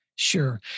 Sure